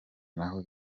nabo